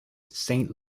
saint